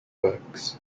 works